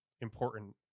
important